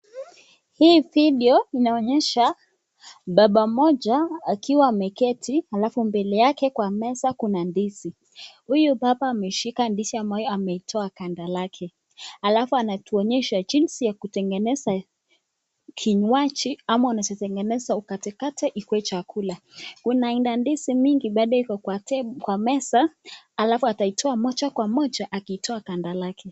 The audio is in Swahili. Hii video inaonyesha baba mmoja akiwa ameketi alafu mbele yake kwa meza kuna ndizi. Huyu baba ameshika ndizi ambayo ameitoa ganda lake. Alafu anatuonyesha jinsi ya kutengeneza kinywaji ama unawezatengeneza ukatekate ikuwe chakula. Kuna aina ndizi mingi bado iko kwa meza alafu ataitoa moja kwa moja akitoa ganda lake.